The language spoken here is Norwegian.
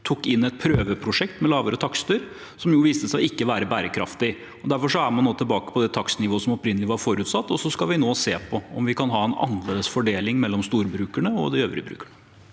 tok inn et prøveprosjekt med lavere takster, som viste seg ikke å være bærekraftig. Derfor er man tilbake på det takstnivået som opprinnelig var forutsatt, og så skal vi nå se på om vi kan ha en annerledes fordeling mellom storbrukerne og de øvrige brukerne.